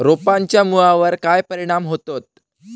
रोपांच्या मुळावर काय परिणाम होतत?